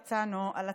השר הורוביץ.